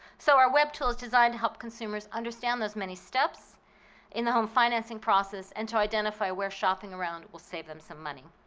so our web tool is designed to help consumers understand those many steps in the home financing process and to identify where shopping around will save them some money.